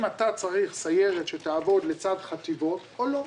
אתה צריך סיירת שתעבוד לצד חטיבות או לא,